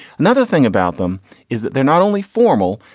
another thing about them is that they're not only formal,